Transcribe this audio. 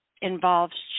involves